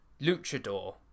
luchador